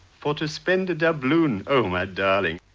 for to spend a doubloon. oh my darling,